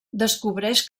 descobreix